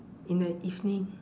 in the evening